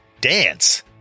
Dance